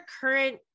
current